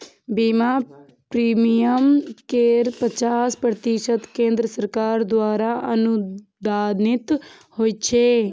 बीमा प्रीमियम केर पचास प्रतिशत केंद्र सरकार द्वारा अनुदानित होइ छै